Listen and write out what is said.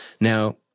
Now